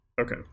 Okay